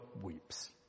weeps